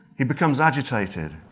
he becomes agitated,